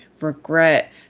regret